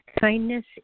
kindness